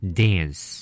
dance